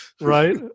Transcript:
right